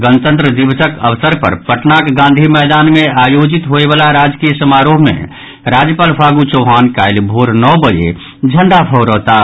गणतंत्र दिवसक अवसर पर पटनाक गांधी मैदान मे आयोजित होयवला राजकीय समारोह मे राज्यपाल फागू चौहान काल्हि भोर नओ बजे झंडा फहरौताह